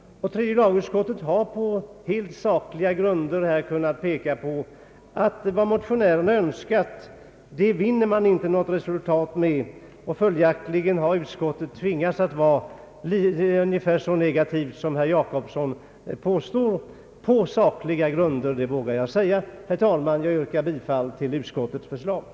Tredje lagutskottet har på helt sakliga grunder kunnat peka på att man inte uppnår något resultat med motionärernas Önskemål. Följaktligen har utskottet tvingats ställa sig så negativt som herr Jacobsson påstår, men jag vågar säga att det är på sakliga grunder. Herr talman! Jag yrkar bifall till utskottets hemställan.